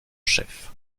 chef